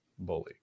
bully